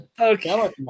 okay